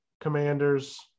Commanders